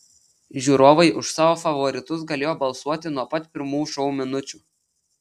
žiūrovai už savo favoritus galėjo balsuoti nuo pat pirmų šou minučių